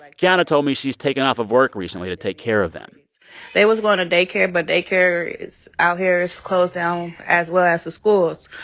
like kiana told me she's taken off of work recently to take care of them they was going to day care, but day care out here is closed down as well as the schools.